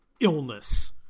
illness